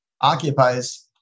occupies